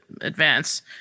advance